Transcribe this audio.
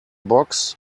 box